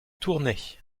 tournay